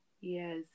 Yes